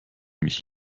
mich